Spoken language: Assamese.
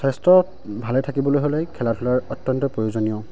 স্বাস্থ্য ভালে থাকিবলৈ হ'লে খেলা ধূলাৰ অত্যন্ত প্ৰয়োজনীয়